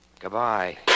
Goodbye